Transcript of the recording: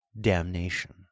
damnation